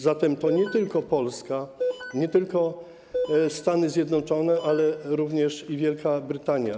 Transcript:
Zatem to nie tylko Polska, nie tylko Stany Zjednoczone, ale również i Wielka Brytania.